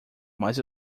mas